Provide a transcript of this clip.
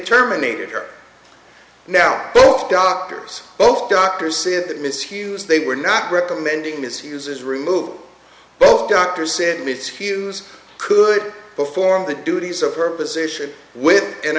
terminated her now both doctors both doctors said miss hughes they were not recommending misuses remove both doctors said mrs hughes could perform the duties of her position with an